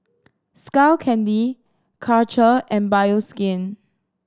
Skull Candy Karcher and Bioskin